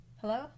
Hello